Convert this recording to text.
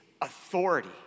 authority